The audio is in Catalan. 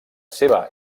seva